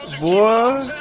boy